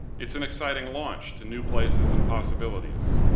it's an exciting launch to new places and possibilities.